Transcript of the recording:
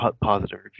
positive